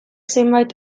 zenbait